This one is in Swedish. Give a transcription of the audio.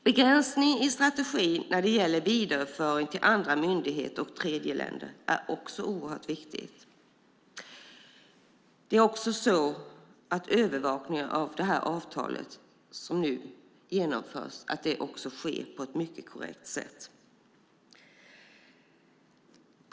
Begränsning i strategi när det gäller vidareöverföring till andra myndigheter och tredjeländer är också oerhört viktigt, liksom att övervakningen av det avtal som nu genomförs sker på ett mycket korrekt sätt.